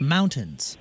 Mountains